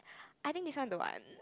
I think this one don't want